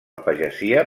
pagesia